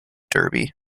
derby